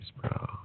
bro